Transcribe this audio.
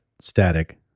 static